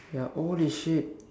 ya holy shit